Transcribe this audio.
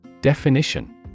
Definition